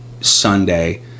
Sunday